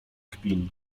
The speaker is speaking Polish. kpin